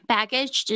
Baggage